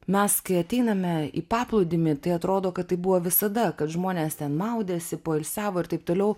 mes kai ateiname į paplūdimį tai atrodo kad taip buvo visada kad žmonės ten maudėsi poilsiavo ir taip toliau